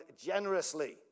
generously